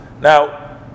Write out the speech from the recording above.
Now